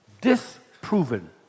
disproven